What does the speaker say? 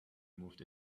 moved